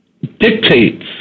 dictates